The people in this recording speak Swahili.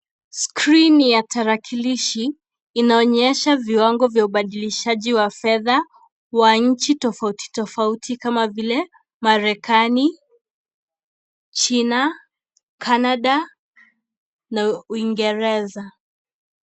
Skrini ya tarakilishi inaonyesha viwango vya ubadilishaji wa fedha wa nji tofauti tofauti kama vile Marekani, China, Canada na Uingereza.